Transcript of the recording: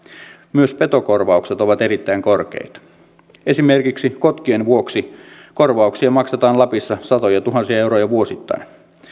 myös petokorvaukset ovat erittäin korkeita esimerkiksi kotkien vuoksi korvauksia maksetaan lapissa satojatuhansia euroja vuosittain